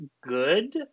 good